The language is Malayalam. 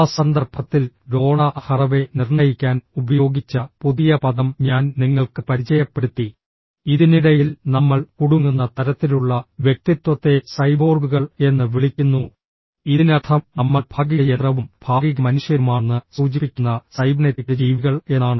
ആ സന്ദർഭത്തിൽ ഡോണ ഹറവേ നിർണ്ണയിക്കാൻ ഉപയോഗിച്ച പുതിയ പദം ഞാൻ നിങ്ങൾക്ക് പരിചയപ്പെടുത്തി ഇതിനിടയിൽ നമ്മൾ കുടുങ്ങുന്ന തരത്തിലുള്ള വ്യക്തിത്വത്തെ സൈബോർഗുകൾ എന്ന് വിളിക്കുന്നു ഇതിനർത്ഥം നമ്മൾ ഭാഗിക യന്ത്രവും ഭാഗിക മനുഷ്യരുമാണെന്ന് സൂചിപ്പിക്കുന്ന സൈബർനെറ്റിക് ജീവികൾ എന്നാണ്